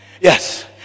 Yes